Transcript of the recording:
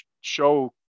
show